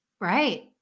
Right